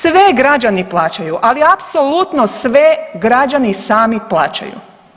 Sve građani plaćaju, ali apsolutno sve građani sami plaćaju.